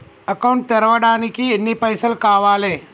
Account తెరవడానికి ఎన్ని పైసల్ కావాలే?